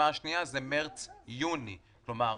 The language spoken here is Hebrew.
אם זה בפעימה השנייה, זה ביחס למרץ-יוני.